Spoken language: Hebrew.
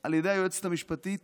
על ידי היועצת המשפטית